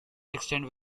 extent